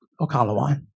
Okalawan